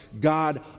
God